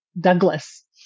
Douglas